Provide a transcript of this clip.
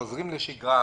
חוזרים לשגרה,